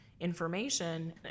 information